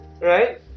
right